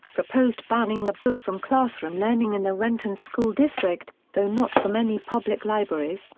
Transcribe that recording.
proposed banning the book from classroom learning in the renton school district, though not from any public libraries,